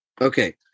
okay